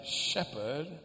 shepherd